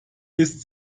ist